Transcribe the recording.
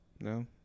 No